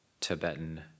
Tibetan